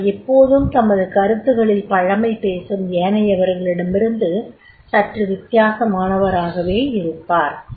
அவர் எப்போதும் தமது கருத்துக்களில் பழமை பேசும் ஏனையவர்களிடமிருந்து சற்று வித்தியாசமானவராகவே இருப்பார்